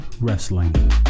Wrestling